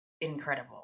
incredible